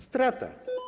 Strata.